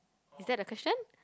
is that a question